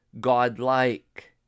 godlike